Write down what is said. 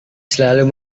selalu